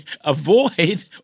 avoid